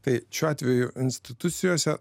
tai šiuo atveju institucijose